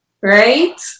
Right